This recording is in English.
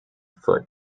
foot